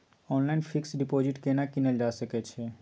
Online fix deposit केना कीनल जा सकै छी?